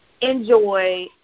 enjoy